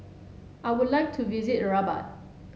I would like to visit Rabat